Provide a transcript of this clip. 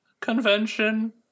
Convention